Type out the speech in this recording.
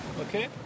okay